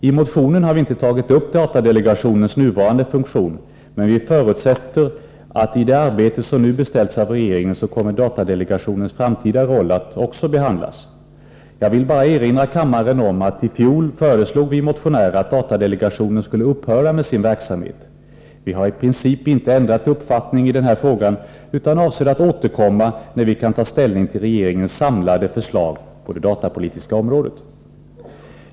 I motionen har vi inte tagit upp datadelegationens nuvarande funktion, men vi förutsätter att, i det arbete som nu beställs av regeringen, också datadelegationens framtida roll kommer att behandlas. Jag vill bara erinra kammaren om att vi motionärer i fjol föreslog att datadelegationen skulle upphöra med sin verksamhet. Vi har i princip inte ändrat uppfattning i den frågan utan avser att återkomma när vi kan ta ställning till regeringens samlade förslag på det datapolitiska området.